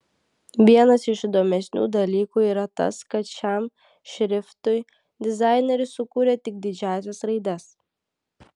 vienas iš įdomesnių dalykų yra tas kad šiam šriftui dizaineris sukūrė tik didžiąsias raides